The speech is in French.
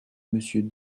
monsieur